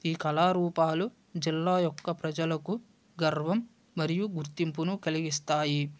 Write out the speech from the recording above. ఈ కళారూపాలు జిల్లా యొక్క ప్రజలకు గర్వం మరియు గుర్తింపును కలిగిస్తాయి